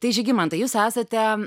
tai žygimantai jūs esate